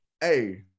hey